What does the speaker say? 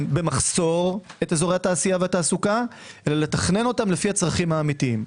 במחסור את אזורי התעשייה והתעסוקה אלא לתכנן לפי הצרכים האמיתיים.